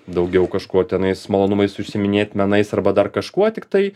daugiau kažko tenai su malonumais užsiiminėt menais arba dar kažkuo tiktai